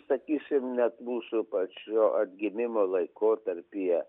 sakysim net mūsų pačio atgimimo laikotarpyje